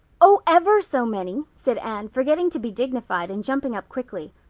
oh, ever so many, said anne forgetting to be dignified and jumping up quickly.